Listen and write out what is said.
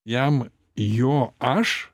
jam jo aš